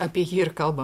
apie jį ir kalbam